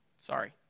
Sorry